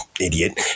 idiot